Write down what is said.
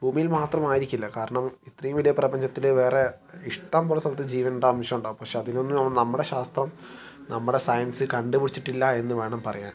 ഭൂമിയിൽ മാത്രമായിരിക്കില്ല കാരണം ഇത്രയും വലിയ പ്രപഞ്ചത്തിൽ വേറെ ഇഷ്ടം പോലെ സ്ഥലത്ത് ജീവന്റെ അംശം ഉണ്ടാകും പക്ഷേ അതിനൊന്നും നമ്മുടെ ശാസ്ത്രം നമ്മുടെ സയൻസ് കണ്ടുപിടിച്ചിട്ടില്ല എന്ന് വേണം പറയാൻ